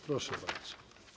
Proszę bardzo.